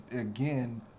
again